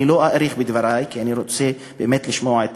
אני לא אאריך בדברי כי אני רוצה לשמוע את